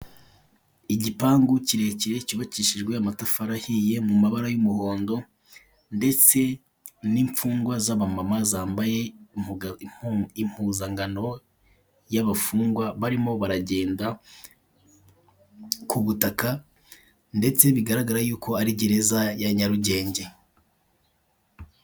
Igipangu kirekire cyubakishijwe amatafari ahiye mu mabara y'umugondo, ndetse n'imfungwa z'abamama zambaye impuzankano yabafungwa barimo baragenda ku butaka ndetse bigaragara yuko ari gereza ya Nyarugenge.